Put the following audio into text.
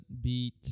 beat